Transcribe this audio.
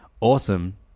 awesome